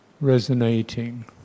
resonating